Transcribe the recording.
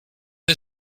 the